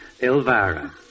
Elvira